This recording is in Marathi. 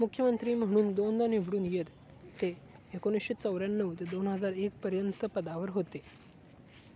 मुख्यमंत्री म्हणून दोनदा निवडून येत ते एकोणीसशे चौऱ्याण्णव ते दोन हजार एकपर्यंत पदावर होते